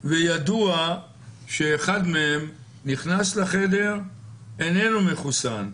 וידוע שאחד מהם שנכנס לחדר איננו מחוסן,